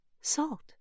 salt